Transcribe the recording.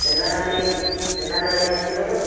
चेन्नहलि चेनलल्लि अस्ति खलु